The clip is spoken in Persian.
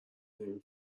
نمی